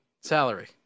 salary